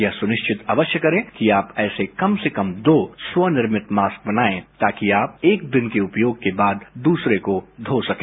यह सुनिश्चित अवश्य करें कि यह आप ऐसे कम से कम दो स्वनिर्मित मास्क बनाये ताकि आप एक दिन के उपयोग के बाद दूसरे को धो सके